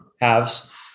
halves